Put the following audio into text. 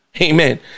Amen